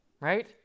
right